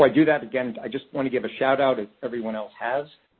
i do that, again, i just want to give a shout out, as everyone else has,